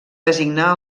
designar